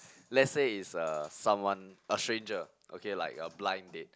let's say is a someone a stranger okay like a blind date